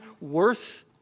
worth